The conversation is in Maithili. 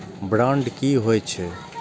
बांड की होई छै?